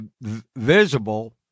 visible